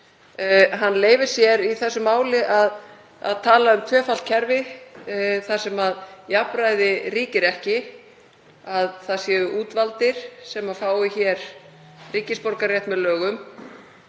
Hann leyfir sér í þessu máli að tala um tvöfalt kerfi þar sem jafnræði ríkir ekki, að það séu útvaldir sem fái hér ríkisborgararétt með lögum.